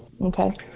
Okay